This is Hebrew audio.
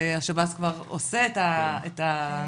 השב"ס כבר עושה הבדיקה.